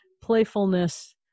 playfulness